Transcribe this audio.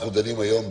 היום,